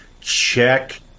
Check